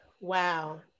Wow